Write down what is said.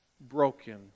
Broken